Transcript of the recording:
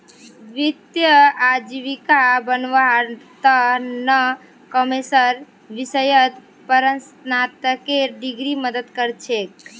वित्तीय आजीविका बनव्वार त न कॉमर्सेर विषयत परास्नातकेर डिग्री मदद कर छेक